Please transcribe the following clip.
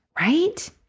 right